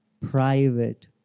private